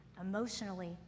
emotionally